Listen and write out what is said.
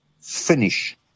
finish